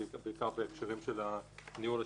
בעיקר בהקשרים של ניהול השטח.